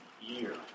year